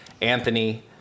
Anthony